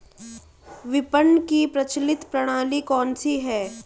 विपणन की प्रचलित प्रणाली कौनसी है?